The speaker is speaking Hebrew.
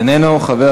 אינו נוכח.